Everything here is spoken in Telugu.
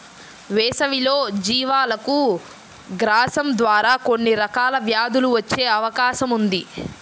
వేసవిలో జీవాలకు గ్రాసం ద్వారా కొన్ని రకాల వ్యాధులు వచ్చే అవకాశం ఉంది